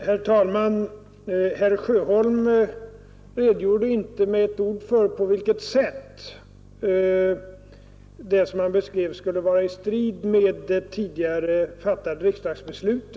Herr talman! Inte med ett ord nämnde herr Sjöholm på vilket sätt det som han beskrev skulle strida mot det tidigare fattade riksdagsbeslutet.